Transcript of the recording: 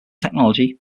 technology